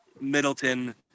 Middleton